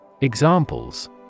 Examples